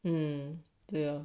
嗯对呀